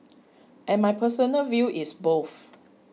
and my personal view is both